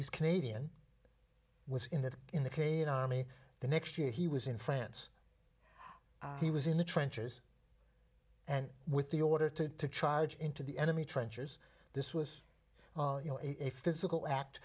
he's canadian was in the in the cayman army the next year he was in france he was in the trenches and with the order to charge into the enemy trenches this was you know a physical a